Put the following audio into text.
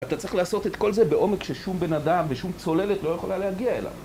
אתה צריך לעשות את כל זה בעומק ששום בן אדם ושום צוללת לא יכולה להגיע אליו.